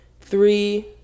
Three